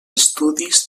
estudis